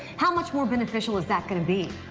how much more beneficial is that going to be?